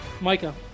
Micah